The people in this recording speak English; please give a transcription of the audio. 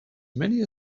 many